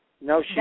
No